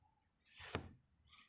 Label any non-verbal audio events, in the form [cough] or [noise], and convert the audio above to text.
[breath]